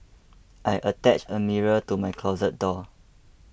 I attached a mirror to my closet door